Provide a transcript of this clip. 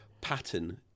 pattern